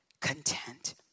content